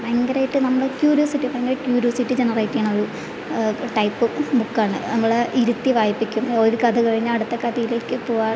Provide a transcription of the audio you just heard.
ഭയങ്കരമായിട്ട് നമ്മൾ ക്യൂര്യോസിറ്റി ഭയങ്കര ക്യൂര്യോസിറ്റി ജനറേറ്റ് ചെയ്യണൊരു ടൈപ്പ് ബുക്കാണ് നമ്മളെ ഇരുത്തി വായിപ്പിക്കും ഒരു കഥ കഴിഞ്ഞാൽ അടുത്ത കഥയിലേക്ക് പോവാൻ